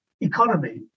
economy